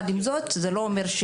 הדבר הזה,